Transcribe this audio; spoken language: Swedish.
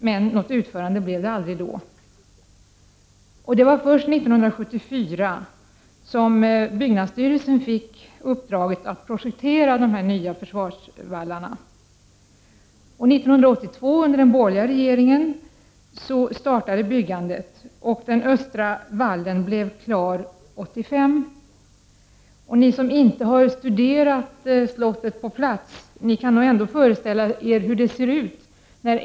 Men något utförande blev aldrig av då. Först 1974 fick byggnadsstyrelsen uppdraget att projektera de nya försvarsvallarna. Byggandet startade 1982 under den borgerliga regeringen, och den östra vallen blev klar 1985. De som inte har studerat slottet på plats kan nog ändå föreställa sig hur det ser ut i dag.